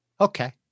okay